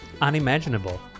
Unimaginable